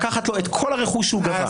לקחת לו את כל הרכוש שהוא גבה.